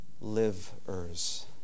livers